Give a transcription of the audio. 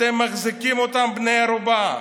אתם מחזיקים אותם בני ערובה,